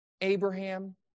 Abraham